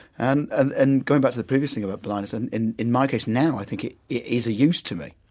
and and and going back to the previous thing about blindness. and in in my case, now, i think it it is a use to me.